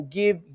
give